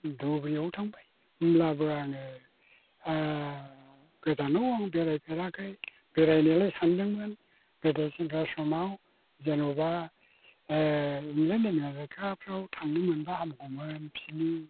दुब्रियाव थांबाय होनब्लाबो आङो गोजानाव आं बेरायफेराखै बेरायनोलाय सानदोंमोन गोदो सेंग्रा समाव जेन'बा इंलेन्ड आमेरिखाफ्राव थांनो मोनब्ला हामगौमोन बिसोरनि